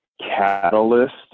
catalyst